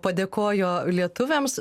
padėkojo lietuviams